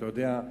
אתה יודע,